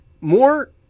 more